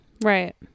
right